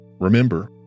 Remember